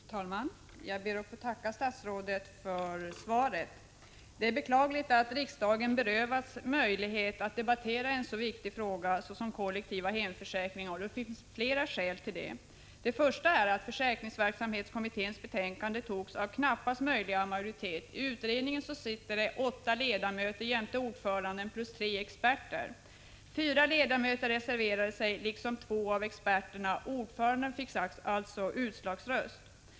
Fru talman! Jag ber att få tacka statsrådet för svaret. Det är beklagligt att riksdagen har berövats möjligheten att debattera en så viktig fråga som kollektiva hemförsäkringar. Det finns flera skäl till det. Det första är att försäkringsverksamhetskommitténs betänkande togs av knappast möjliga majoritet. I utredningen sitter det åtta ledamöter jämte ordföranden samt tre experter. Fyra ledamöter reserverade sig, liksom två av experterna. Ordföranden fick alltså utslagsröst.